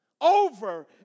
over